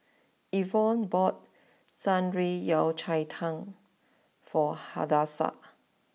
Evon bought Shan Rui Yao Cai Tang for Hadassah